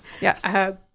yes